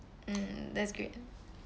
mm that's great